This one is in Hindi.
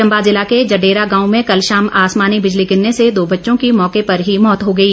चंबा ज़िला के जडेरा गांव में कल शाम आसमानी बिजली गिरने से दो बच्चों की मौर्क पर ही मौत हो गई